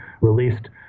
released